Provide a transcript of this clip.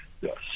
Yes